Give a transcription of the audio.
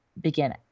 begin